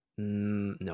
no